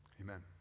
Amen